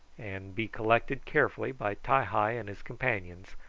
and be collected carefully by ti-hi and his companions,